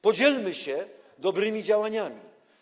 Podzielmy się dobrymi działaniami.